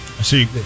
See